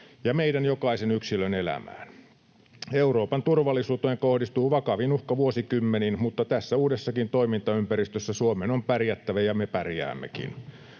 ja meidän jokaisen yksilön elämään. Euroopan turvallisuuteen kohdistuu vakavin uhka vuosikymmeniin, mutta tässä uudessakin toimintaympäristössä Suomen on pärjättävä ja me pärjäämmekin.